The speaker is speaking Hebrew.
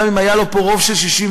גם אם היה לו פה רוב של 61,